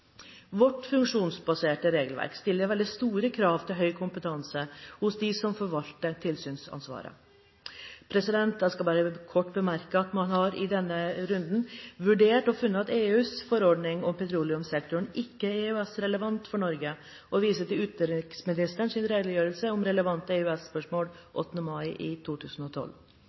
Vårt funksjonsbaserte regelverk stiller veldig store krav til høy kompetanse hos de som forvalter tilsynsansvaret. Jeg vil kort bemerke at man i denne runden har vurdert og funnet at EUs forordning om petroleumssektoren ikke er EØS-relevant for Norge, og man viser til utenriksministerens redegjørelse om relevante EØS-spørsmål 8. mai 2012.